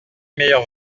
meilleures